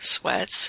sweats